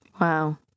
wow